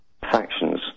factions